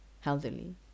healthily